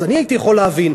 אז אני הייתי יכול להבין,